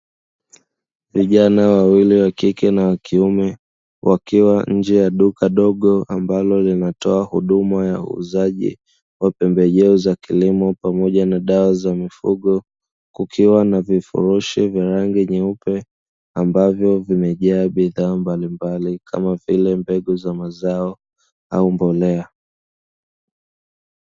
Vijana wawili wa kike na wa kiume, wakiwa nje ya duka dogo ambalo linatoa huduma ya uuzaji wa pembejeo za kilimo pamoja na dawa za mifugo, kukiwa na vifurushi vya rangi nyeupe, ambavyo vimejaa bidhaa mbalimbali kama vile, mbegu za mazao au mbolea.